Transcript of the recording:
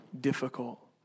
Difficult